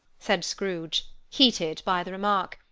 said scrooge, heated by the remark,